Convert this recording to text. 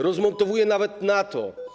Rozmontowuje nawet NATO.